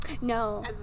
No